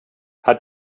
hat